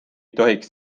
tohiks